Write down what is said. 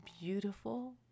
beautiful